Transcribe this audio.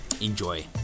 Enjoy